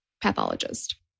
pathologist